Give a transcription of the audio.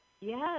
Yes